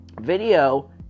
video